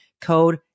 code